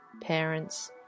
parents